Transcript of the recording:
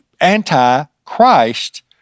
anti-Christ